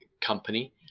company